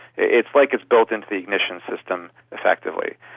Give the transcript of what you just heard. it's like it's built in to the ignition system, effectively.